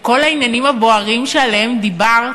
לכל העניינים הבוערים שעליהם דיברת